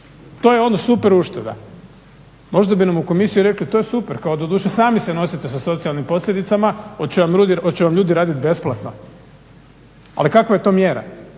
To je ono super ušteda. Možda bi nam u komisiji rekli, kao doduše sami se nosite sa socijalnim posljedicama. Hoće vam ljudi radit besplatno? Ali kakva je to mjera?